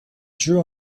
drew